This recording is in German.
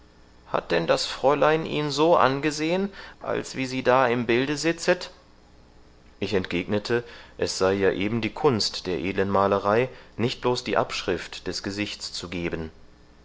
hat denn das fräulein ihn so angesehen als wie sie da im bilde sitzet ich entgegnete es sei ja eben die kunst der edlen malerei nicht bloß die abschrift des gesichts zu geben